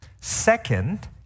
Second